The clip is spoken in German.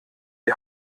die